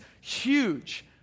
huge